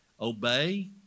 obey